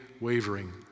wavering